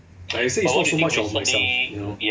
like I say it not so much of myself you know